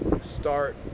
start